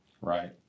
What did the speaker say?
Right